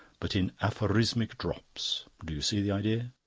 but in aphorismic drops. you see the idea?